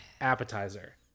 appetizer